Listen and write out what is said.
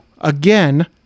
again